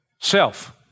Self